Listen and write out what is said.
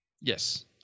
Yes